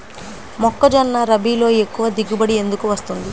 మొక్కజొన్న రబీలో ఎక్కువ దిగుబడి ఎందుకు వస్తుంది?